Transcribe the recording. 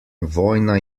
vojna